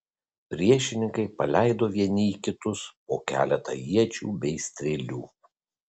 priešininkai paleido vieni į kitus po keletą iečių bei strėlių